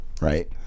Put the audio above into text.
right